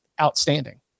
outstanding